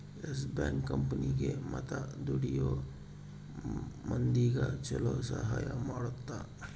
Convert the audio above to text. S Bank ಕಂಪನಿಗೇ ಮತ್ತ ದುಡಿಯೋ ಮಂದಿಗ ಚೊಲೊ ಸಹಾಯ ಮಾಡುತ್ತ